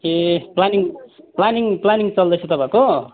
ए planning planning planning चल्दैछ तपाईँहरूको